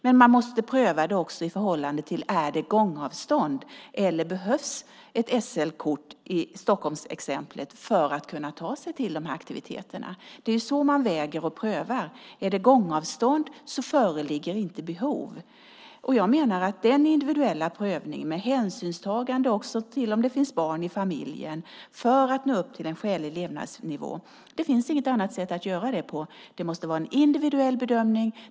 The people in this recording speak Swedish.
Men man måste pröva det i förhållande till om det är gångavstånd eller om det behövs ett SL-kort - i Stockholmsexemplet - för att man ska kunna ta sig till de här aktiviteterna. Det är så man väger och prövar detta. Är det gångavstånd föreligger inte behovet. Jag menar att det inte finns något annat sätt att göra detta på än den individuella prövningen med hänsynstagande också till om det finns barn i familjen för att man ska nå upp till en skälig levnadsnivå. Det måste vara en individuell bedömning.